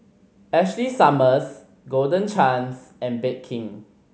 Ashley Summers Golden Chance and Bake King